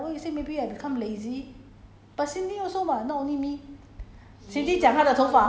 不同人 bah so 自己说变成好像 err ya like what you say maybe I become lazy